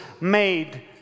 made